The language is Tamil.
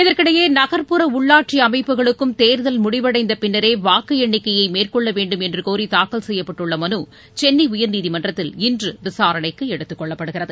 இதற்கிடையே நக்ப்புற உள்ளாட்சிஅமைப்புகளுக்கும் தேர்தல் முடிவடைந்தபின்னரேவாக்குஎண்ணிக்கையைமேற்கொள்ளவேண்டும் என்றுகோரிதாக்கல் செய்யப்பட்டுள்ளமனுசென்னைஉயா்நீதிமன்றத்தில் இன்றுவிசாரணைக்குஎடுத்துக்கொள்ளப்படுகிறது